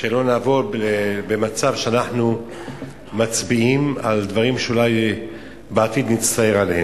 שלא נעמוד במצב שאנחנו מצביעים על דברים שאולי בעתיד נצטער עליהם.